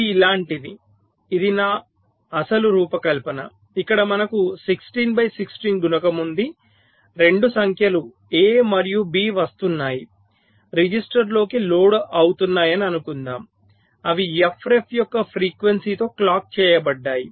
ఇది ఇలాంటిది ఇది నా అసలు రూపకల్పన ఇక్కడ మనకు 16 బై 16 గుణకం ఉంది 2 సంఖ్యలు A మరియు B వస్తున్నాయి రిజిస్టర్లలోకి లోడ్ అవుతున్నాయని అనుకుందాం అవి f ref యొక్క ఫ్రీక్వెన్సీతో క్లాక్ చేయబడ్డాయి